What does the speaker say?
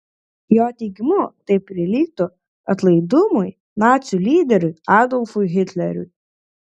jo teigimu tai prilygtų atlaidumui nacių lyderiui adolfui hitleriui